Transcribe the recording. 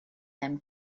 them